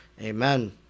Amen